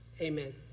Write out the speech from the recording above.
Amen